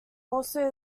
also